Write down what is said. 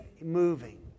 moving